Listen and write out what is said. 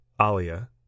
Alia